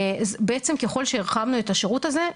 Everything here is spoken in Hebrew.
בעצם ככל שהרחבנו את השירות הזה,